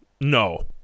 No